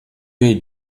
est